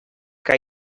que